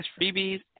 freebies